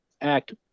act